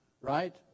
right